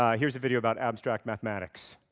ah here's a video about abstract mathematics.